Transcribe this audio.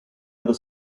other